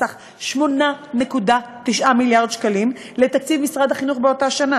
בסך 8.9 מיליארד שקלים לתקציב משרד החינוך באותה שנה,